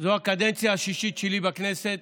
זו הקדנציה השישית שלי בכנסת,